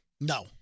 No